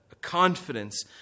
confidence